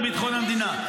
בביטחון המדינה.